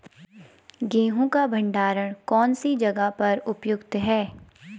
गेहूँ का भंडारण कौन सी जगह पर उपयुक्त है?